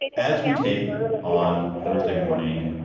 as we tape on thursday morning,